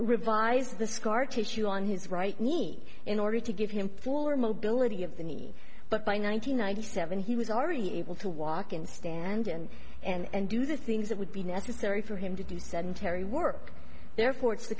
revise the scar tissue on his right knee in order to give him fuller mobility of the knee but by nine hundred ninety seven he was already able to walk and stand in and do the things that would be necessary for him to do sedentary work therefore it's the